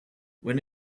when